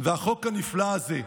והחוק הנפלא הזה,